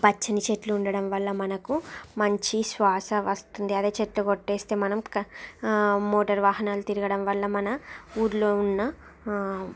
పచ్చని చెట్లు ఉండడంవల్ల మనకు మంచి శ్వాస వస్తుంది అదే చెట్లు కొట్టి వేస్తే మనం మోటారు వాహనాలు తిరగడంవల్ల మన ఊరిలో ఉన్న